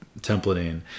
templating